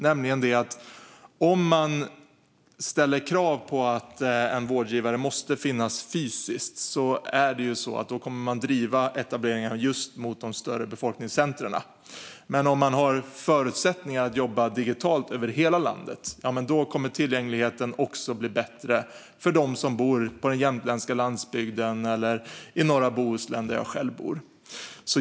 Om vi ställer krav på att en vårdgivare ska finnas tillgänglig fysiskt kommer vi att driva etableringen mot de större befolkningscentrumen. Men om man har förutsättningar att jobba digitalt över hela landet kommer tillgängligheten att bli bättre också för dem som bor på den jämtländska landsbygden eller i norra Bohuslän, där jag själv bor.